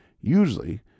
usually